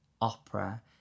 opera